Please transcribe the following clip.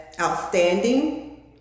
outstanding